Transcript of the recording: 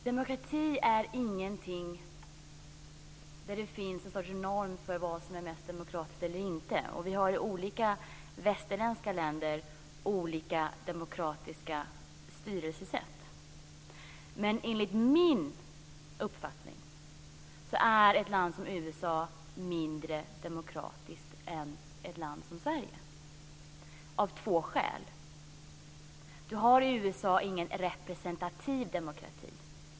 Fru talman! Det finns ingen norm för vad som är mest demokratiskt eller inte. Vi har olika västerländska länder med olika demokratiska styrelsesätt. Enligt min uppfattning är ett land som USA mindre demokratiskt än ett land som Sverige av två skäl. I USA har man ingen representativ demokrati.